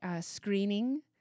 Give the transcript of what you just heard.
screening